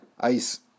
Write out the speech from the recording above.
Ice